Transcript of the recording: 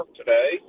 today